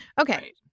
Okay